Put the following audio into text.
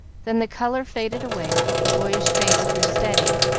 then the color faded away, the boyish face grew steady,